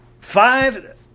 five